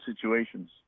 situations